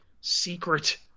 secret